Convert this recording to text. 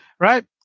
Right